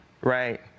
right